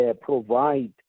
provide